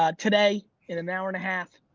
ah today, in an hour and a half,